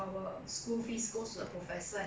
I feel that maybe they could have offset